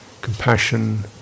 compassion